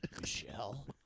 Michelle